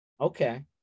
Okay